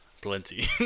Plenty